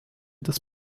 des